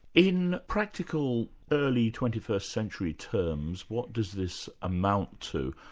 in practical early twenty first century terms, what does this amount to?